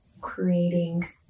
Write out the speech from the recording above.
creating